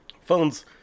phones